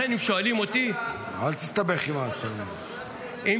אל תסתבך עם --- לכן,